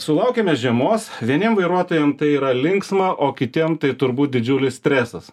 sulaukėme žiemos vieniem vairuotojam tai yra linksma o kitiem tai turbūt didžiulis stresas